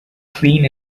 clean